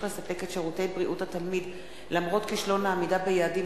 לספק את שירותי בריאות התלמיד למרות כישלון העמידה ביעדים,